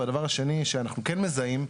והדבר השני שאנחנו כן מזהים,